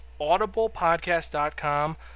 audiblepodcast.com